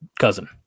cousin